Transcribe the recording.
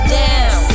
down